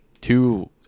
two